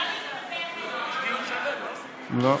בעד,